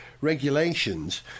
regulations